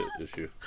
issue